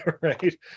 Right